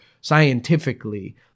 scientifically